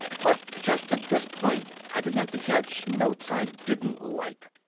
but just at this point i began to catch notes i didn't like.